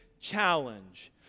challenge